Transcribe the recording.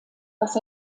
dass